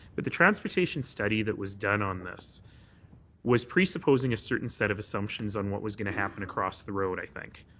but the transportation study that was done on this was presupposing a certain set of assumptions on what was going to happen across the road, i think,